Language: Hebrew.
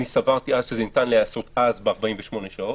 סברתי אז שניתן לעשות זאת ב-48 שעות.